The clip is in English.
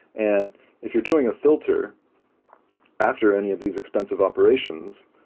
and if you're doing a filter after any of these expensive operations,